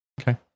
Okay